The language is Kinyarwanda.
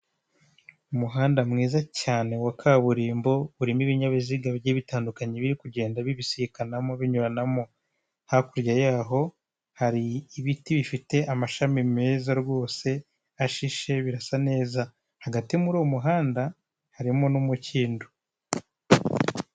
Umuhanda mwiza cyane wa kaburimbo urimo ibinyabiziga bigiye bitandukanye biri kugenda bibisikanamo binyuranamo, hakurya yaho hari ibiti bifite amashami meza rwose ashishe birasa neza hagati muri uwo muhanda harimo n'umukindo.